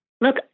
Look